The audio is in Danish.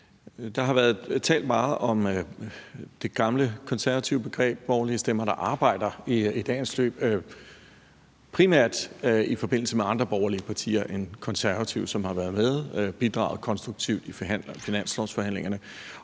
Der har været talt meget om det gamle konservative begreb »borgerlige stemmer, der arbejder« i dagens løb, primært i forbindelse med andre borgerlige partier end Konservative, som har været med og har bidraget konstruktivt i finanslovsforhandlingerne.